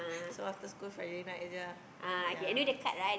so after school Friday night sahaja lah